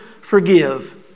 forgive